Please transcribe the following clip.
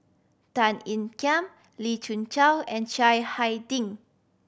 Tan Ean Kiam Lee Khoon Choy and Chiang Hai Ding